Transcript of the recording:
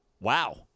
Wow